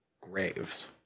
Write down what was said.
Graves